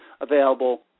available